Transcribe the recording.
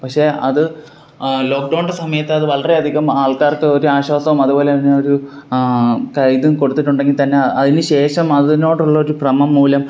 പക്ഷേ അത് ലോക്ക്ഡൗണിൻ്റെ സമയത്തത് വളരെ അധികം ആൾക്കാർക്കൊരു ആശ്വാസം അത്പോലെ തന്നെ ഒരു ഇത് കൊടുത്തിട്ടുണ്ടെങ്കിൽ തന്നെ അതിന് ശേഷം അതിനോടൊള്ളൊരു ഭ്രമം മൂലം